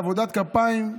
בעבודת כפיים,